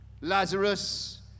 lazarus